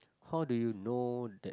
how do you know that